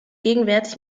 gegenwärtig